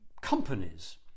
companies